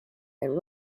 and